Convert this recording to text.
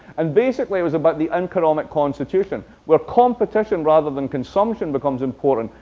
and basically it was about the economic constitution, where competition rather than consumption becomes important,